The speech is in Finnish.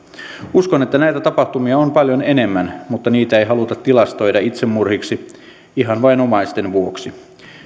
uskon että näitä tapahtumia on paljon enemmän mutta niitä ei haluta tilastoida itsemurhiksi ihan vain omaisten vuoksi